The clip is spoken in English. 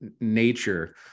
nature